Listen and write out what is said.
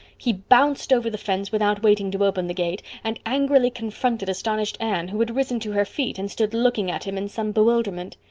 he bounced over the fence without waiting to open the gate, and angrily confronted astonished anne, who had risen to her feet and stood looking at him in some bewilderment.